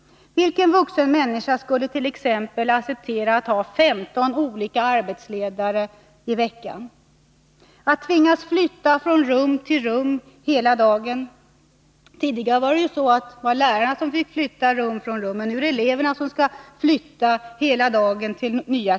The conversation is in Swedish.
Vilken vuxen människa skulle acceptera att t.ex. ha 15 olika arbetsledare i veckan eller att flytta från rum till rum hela dagen? Tidigare var det ju lärarna som fick flytta från rum till rum, men nu är det eleverna som hela dagen får flytta från det ena klassrummet till det andra.